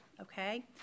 okay